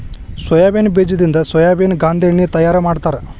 soybean ಬೇಜದಿಂದ ಸೋಯಾಬೇನ ಗಾಂದೆಣ್ಣಿ ತಯಾರ ಮಾಡ್ತಾರ